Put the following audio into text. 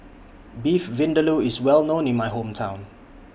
Beef Vindaloo IS Well known in My Hometown